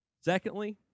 Secondly